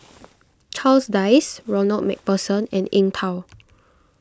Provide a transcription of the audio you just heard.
Charles Dyce Ronald MacPherson and Eng Tow